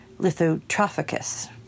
lithotrophicus